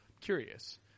Curious